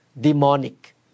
demonic